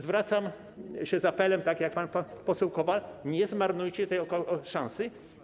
Zwracam się z apelem, tak jak pan poseł Kowal: nie zmarnujcie tej szansy.